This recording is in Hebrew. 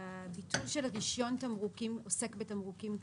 הביטול של רישיון תמרוקים, ועוסק בתמרוקים כללי,